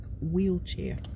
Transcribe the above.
wheelchair